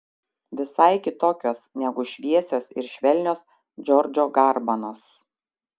visai kitokios negu šviesios ir švelnios džordžo garbanos